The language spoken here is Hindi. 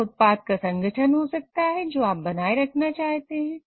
यह उत्पाद का संघटन हो सकता है जो आप बनाए रखना चाहते हैं